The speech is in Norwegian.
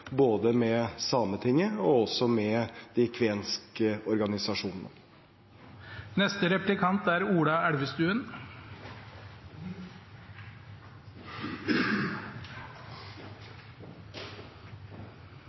både med Sametinget og med de kvenske organisasjonene. Jeg er